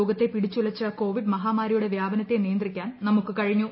ലോകത്തെ പിടിച്ചുലച്ച കോവിഡ് മഹാമാരിയുടെ വ്യാപനത്തെ നിയന്ത്രിക്കാൻ നമുക്ക് കഴിഞ്ഞു